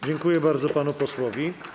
Dziękuję bardzo panu posłowi.